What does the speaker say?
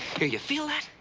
you feel that?